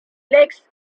legs